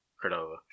Cordova